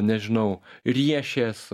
nežinau riešės